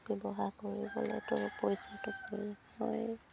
ব্যৱসায় কৰিবলেতো পইচাটো প্ৰয়োজন হয়